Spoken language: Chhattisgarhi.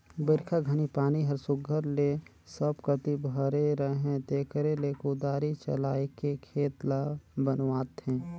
बरिखा घनी पानी हर सुग्घर ले सब कती भरे रहें तेकरे ले कुदारी चलाएके खेत ल बनुवाथे